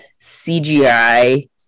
CGI